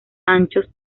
anchos